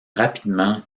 rapidement